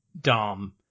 Dom